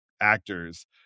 actors